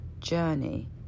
journey